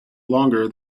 longer